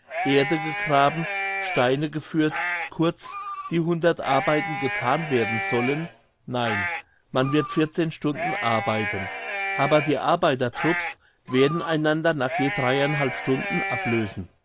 erde gegraben steine geführt kurz die hundert arbeiten gethan werden sollen nein man wird vierzehn stunden arbeiten aber die arbeitertrupps werden einander nach je dreieinhalb stunden ablösen